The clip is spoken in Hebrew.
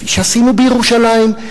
כפי שעשינו בירושלים,